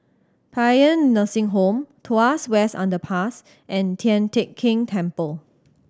Paean Nursing Home Tuas West Underpass and Tian Teck Keng Temple